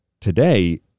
today